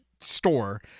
store